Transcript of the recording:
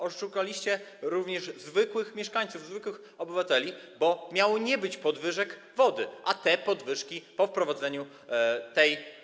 Oszukaliście również zwykłych mieszkańców, zwykłych obywateli, bo miało nie być podwyżek cen wody, a te podwyżki po wprowadzeniu tej